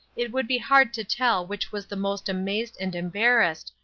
it would be hard to tell which was the most amazed and embarrassed,